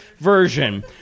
version